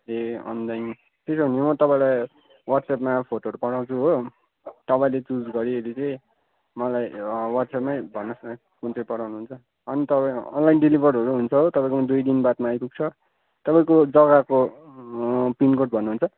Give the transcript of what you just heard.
ए online त्यसो भने म तपाईँलाई वाट्सएपमा फोटोहरू पठाउँछु हो तपाईँले चुज गरिवरि चाहिँ मलाई वाट्सएपमै भन्नुहोस् न कुन चाहिँ पठाउनु हुन्छ अनि तपाईँको अनलाइन डेलिभरहरू हुन्छ हो तपाईँकोमा दुई दिन बादमा आइपुग्छ तपाईँको जग्गाको पिनकोड भन्नुहुन्छ